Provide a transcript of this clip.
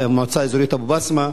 המועצה האזורית אבו-בסמה,